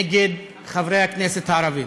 נגד חברי הכנסת הערבים.